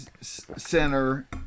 center